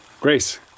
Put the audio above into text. Grace